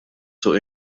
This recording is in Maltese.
suq